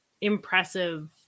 impressive